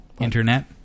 Internet